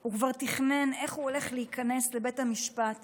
הוא כבר תכנן איך הוא הולך להיכנס לבית המשפט